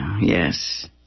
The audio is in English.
yes